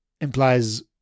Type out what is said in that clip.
implies